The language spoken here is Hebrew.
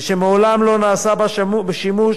ושמעולם לא נעשה בה שימוש